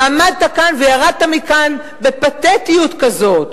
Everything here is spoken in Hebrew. ועמדת כאן וירדת מכאן בפתטיות כזאת.